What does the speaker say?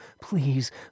please